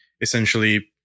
essentially